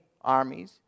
armies